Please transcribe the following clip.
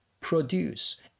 produce